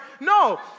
no